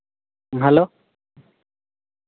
hello